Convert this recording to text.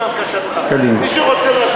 מי שרוצה להצביע,